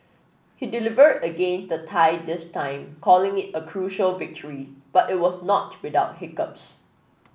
he delivered against the Thai this time calling it a crucial victory but it was not without hiccups